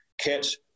Catch